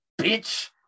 bitch